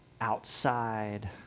outside